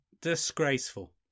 Disgraceful